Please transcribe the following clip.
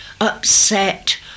upset